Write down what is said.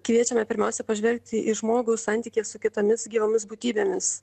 kviečiame pirmiausia pažvelgti į žmogų santykyje su kitomis gyvomis būtybėmis